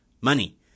Money